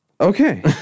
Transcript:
Okay